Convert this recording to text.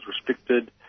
restricted